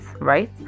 right